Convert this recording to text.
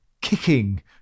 kicking